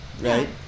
right